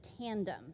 tandem